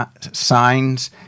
signs